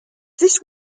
this